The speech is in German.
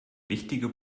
wichtige